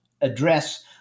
address